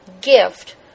Gift